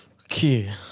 okay